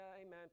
amen